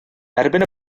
erbyn